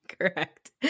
Correct